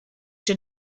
den